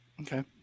Okay